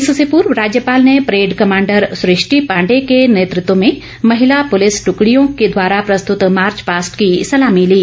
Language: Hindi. इससे पूर्व राज्यपाल ने परेड कमांडर सुष्टि पांडे के नेतृत्व में महिला पुलिस की ट्रकड़ियों द्वारा प्रस्तुत मार्च पास्ट की सलामी ली